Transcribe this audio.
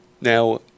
now